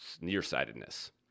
nearsightedness